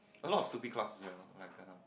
a lot of stupid clubs sia like uh